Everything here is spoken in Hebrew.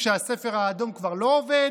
כשהספר האדום כבר לא עובד,